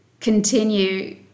continue